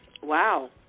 Wow